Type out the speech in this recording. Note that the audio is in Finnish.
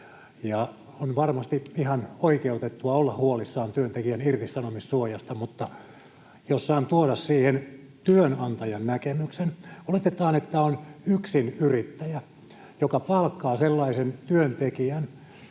On varmasti ihan oikeutettua olla huolissaan työntekijän irtisanomissuojasta, mutta jos saan tuoda siihen työnantajan näkemyksen: Oletetaan, että on yksinyrittäjä, joka palkkaa sellaisen työntekijän,